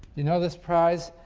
you know this prize?